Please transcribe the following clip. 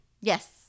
Yes